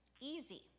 Easy